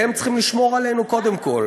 שהם צריכים לשמור עלינו קודם כול.